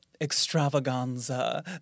extravaganza